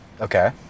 okay